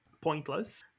pointless